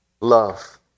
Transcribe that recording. love